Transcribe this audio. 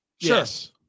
yes